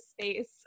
space